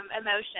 emotion